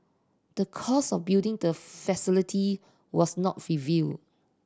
the cost of building the facility was not revealed